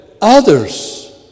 others